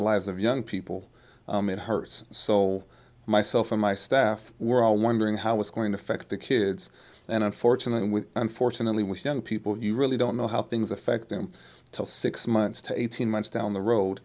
the lives of young people it hurts so myself and my staff we're all wondering how it's going to affect the kids and unfortunately unfortunately with young people you really don't know how things affect them till six months to eighteen months down the road